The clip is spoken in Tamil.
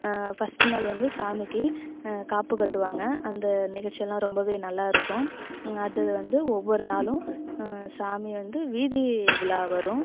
ஃபர்ஸ்ட் நாள் வந்து சாமிக்கு காப்பு கட்டுவாங்கள் அந்த நிகழ்ச்சியெல்லாம் ரொம்பவே நல்லாயிருக்கும் அது வந்து ஒவ்வொரு நாளும் சாமி வந்து வீதி உலா வரும்